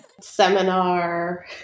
seminar